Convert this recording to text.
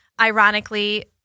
Ironically